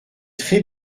très